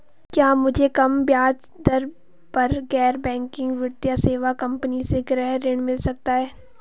क्या मुझे कम ब्याज दर पर गैर बैंकिंग वित्तीय सेवा कंपनी से गृह ऋण मिल सकता है?